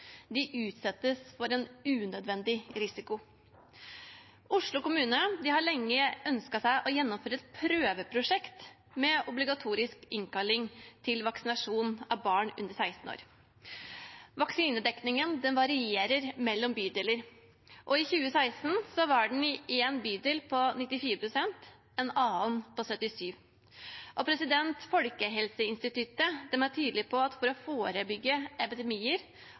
utsettes for en unødvendig risiko. Oslo kommune har lenge ønsket å gjennomføre et prøveprosjekt med obligatorisk innkalling til vaksinasjon av barn under 16 år. Vaksinedekningen varierer mellom bydeler. I 2016 var den i én bydel på 94 pst., i en annen på 77 pst. Folkehelseinstituttet er tydelig på at for å forebygge epidemier